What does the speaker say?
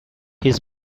his